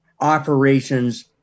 operations